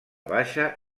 baixa